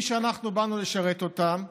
אלו שאנחנו באנו לשרת אותם.